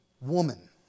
woman